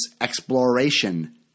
exploration